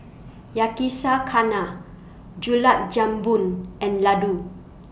Yakizakana Gulab Jamun and Ladoo